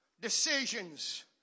decisions